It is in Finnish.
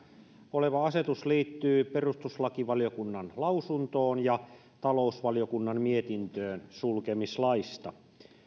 oleva asetus liittyy perustuslakivaliokunnan lausuntoon ja talousvaliokunnan mietintöön sulkemislaista